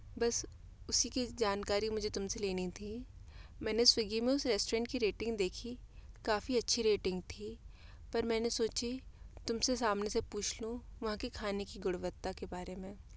बस उसी की जानकारी मुझे तुम से लेनी थी मैंने स्विग्गी में उस रेस्टोरेंट की रेटिंग देखी काफ़ी अच्छी रेटिंग थी पर मैंने सोचा तुम से सामने से पूछ लूँ वहाँ के खाने की गुणवत्ता के बारे में